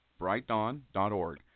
brightdawn.org